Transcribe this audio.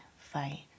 fight